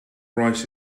rice